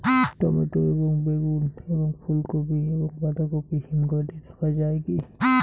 Tomato এবং বেগুন এবং ফুলকপি এবং বাঁধাকপি হিমঘরে রাখা যায় কি?